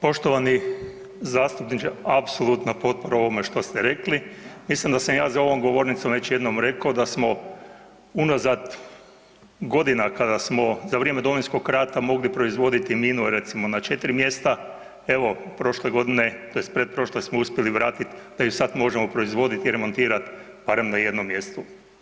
Poštovani zastupniče, apsolutna potpora ovome što ste rekli, mislim da sam ja za ovom govornicom već jednom rekao da smo unazad godina kada smo za vrijeme Domovinskog rata mogli proizvoditi minu, recimo na 4 mjesta, evo, prošle godine, tj. pretprošle smo uspjeli vratiti, da ju sad možemo proizvoditi i remontirati barem na jednom mjestu.